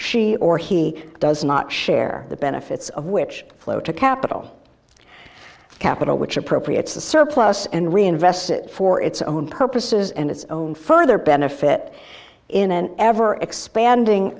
she or he does not share the benefits of which flow to capital capital which appropriates the surplus and reinvest it for its own purposes and its own further benefit in an ever expanding